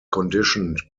conditioned